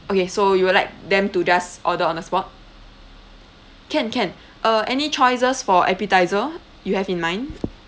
okay so you would like them to just order on the spot can can uh any choices for appetiser you have in mind